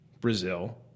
Brazil